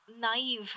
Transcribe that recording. naive